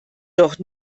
doch